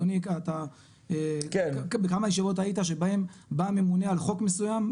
אדוני בכמה ישיבות היית שבהן בא ממונה על חוק מסוים,